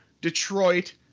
Detroit